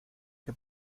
que